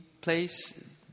place